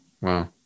Wow